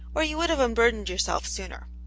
or you would have unburdened yourself sooner.